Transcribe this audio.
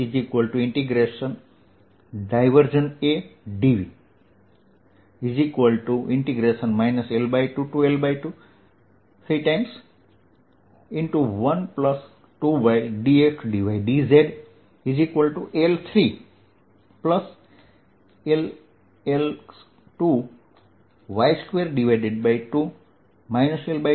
AdV L2L2 L2L2 L2L2 12ydxdydz L3L